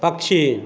पक्षी